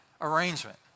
arrangement